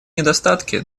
недостатки